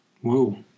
whoa